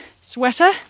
sweater